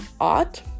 art